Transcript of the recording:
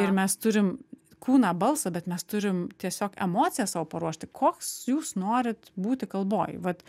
ir mes turim kūną balsą bet mes turim tiesiog emocijas savo paruošti koks jūs norit būti kalboj vat